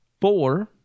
Four